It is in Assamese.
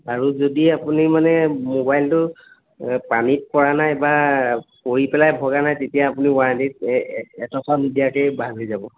আৰু যদি আপুনি মানে মোবাইলটো পানীত পৰা নাই বা পৰি পেলাই ভগা নাই তেতিয়া আপুনি ৱাৰেণ্টি এটকাও নিদিয়াকৈয়ে ভাল হৈ যাব